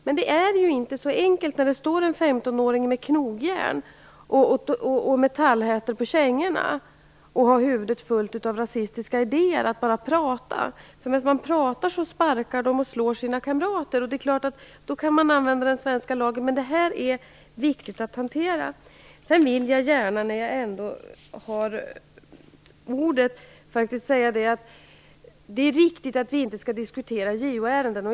Men det är inte så enkelt att bara prata när man står inför en 15-åring med knogjärn, metallhättor på kängorna och huvudet fullt av rasistiska idéer. Under tiden man pratar sparkar och slår han sina kamrater. Man kan använda den svenska lagen, men det är viktigt att hantera detta. När jag ändå har ordet vill jag gärna säga att det är riktigt att vi inte skall diskutera JO-ärenden.